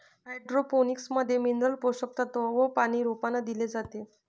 hydroponics मध्ये mineral पोषक तत्व व पानी रोपांना दिले जाते